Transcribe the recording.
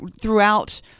throughout